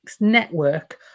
network